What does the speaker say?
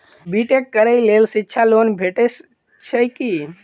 B tech करै लेल शिक्षा लोन भेटय छै की?